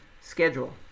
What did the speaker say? schedule